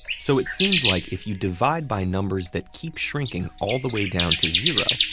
so it seems like if you divide by numbers that keep shrinking all the way down to zero,